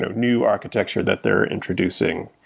new architecture that they're introducing.